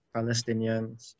Palestinians